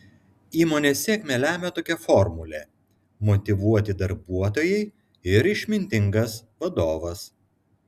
įmonės sėkmę lemią tokia formulė motyvuoti darbuotojai ir išmintingas vadovas